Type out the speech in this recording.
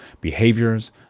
behaviors